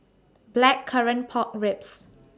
Blackcurrant Pork Ribs